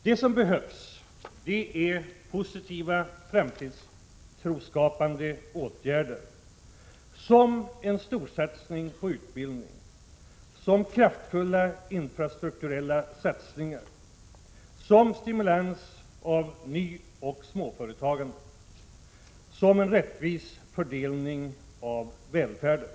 Det som behövs är positiva framtidstroskapande åtgärder som en storsats ning på utbildning, som kraftfulla infrastrukturella satsningar, som stimulans — Prot. 1986/87:94 av nyoch småföretagande, som en rättvis fördelning av välfärden.